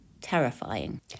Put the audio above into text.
terrifying